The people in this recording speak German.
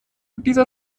dieser